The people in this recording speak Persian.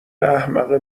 احمق